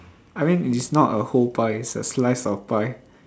I mean it's not a whole pie it's a slice of pie